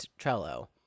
Trello